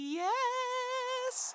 yes